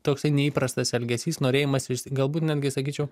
toksai neįprastas elgesys norėjimas galbūt netgi sakyčiau